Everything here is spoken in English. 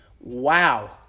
Wow